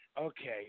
Okay